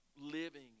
living